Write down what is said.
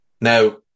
Now